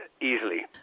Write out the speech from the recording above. easily